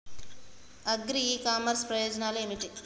Agri e commerce ప్రయోజనాలు ఏమిటి?